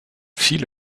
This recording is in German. viele